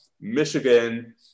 Michigan